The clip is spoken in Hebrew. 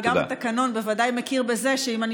אבל גם התקנון בוודאי מכיר בזה שאם אני